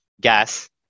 gas